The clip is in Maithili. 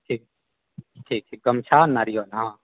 ठीक ठीक छै गमछा नारियल हँ